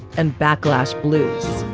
and backlash blues,